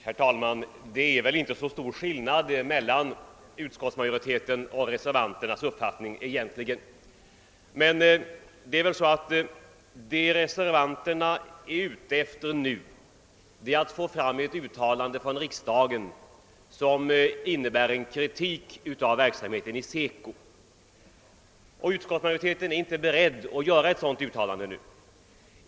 Herr talman! Skillnaden mellan utskottsmajoritetens och reservanternas uppfattning är väl egentligen inte så stor. Vad reservanterna nu är ute efter torde vara att få fram ett uttalande från riksdagen som innebär kritik av verksamheten inom SECO. Utskottsmajoriteten är inte beredd att göra ett sådant uttalande.